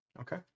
Okay